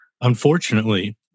unfortunately